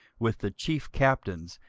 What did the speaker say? with the chief captains,